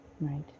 Right